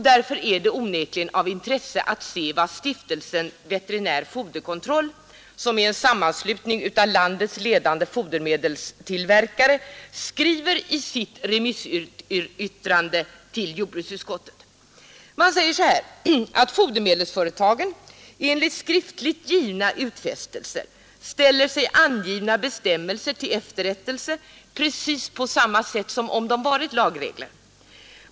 Därför är det onekligen av intresse att se vad Stiftelsen Veterinär foderkontroll, som är en sammanslutning av landets ledande fodermedelstillverkare, skriver i sitt remissyttrande till jordbruksutskottet. Man påpekar att fodermedelsföretagen ”enligt skriftligt givna utfästelser ställer sig angivna bestämmelser till efterrättelse precis på samma sätt, som om de varit förpliktande lagregler”.